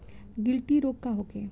गिल्टी रोग का होखे?